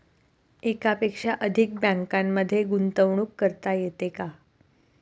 एकापेक्षा अधिक बँकांमध्ये गुंतवणूक करता येते का?